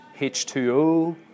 H2O